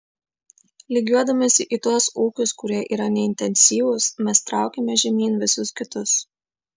lygiuodamiesi į tuos ūkius kurie yra neintensyvūs mes traukiame žemyn visus kitus